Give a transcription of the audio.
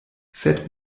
sed